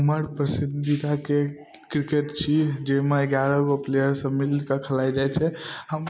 हमर पसन्दीदा खेल क्रिकेट छी जाहिमे एगारह गो प्लेयर सब मिल कऽ खेलाइ जाइ छै हम